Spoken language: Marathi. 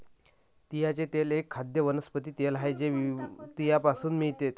तिळाचे तेल एक खाद्य वनस्पती तेल आहे जे तिळापासून मिळते